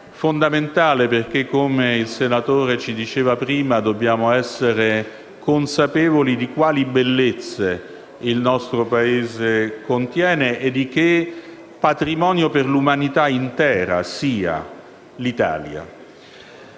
fondamentale perché - come il senatore ci diceva prima - dobbiamo essere consapevoli di quali bellezze il nostro Paese contenga e di che patrimonio sia l'Italia per l'umanità